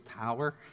tower